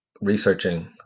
researching